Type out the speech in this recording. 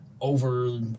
over